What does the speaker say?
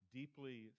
deeply